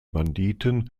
banditen